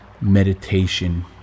meditation